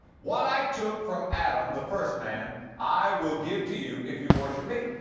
what i took from adam, the first man, i will give to you if you worship me.